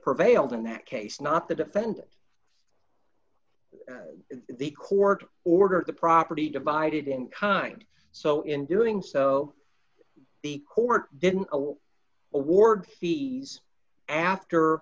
prevailed in that case not the defendant the court ordered the property divided in kind so in doing so the court didn't allow award fees after